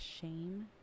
shame